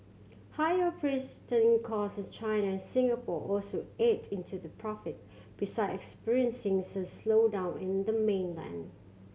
higher cost in China and Singapore also ate into their profit besides experiencing a slowdown in the mainland